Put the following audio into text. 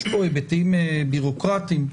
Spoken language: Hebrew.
יש פה היבטים ביורוקרטיים.